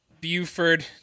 Buford